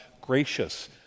gracious